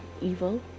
evil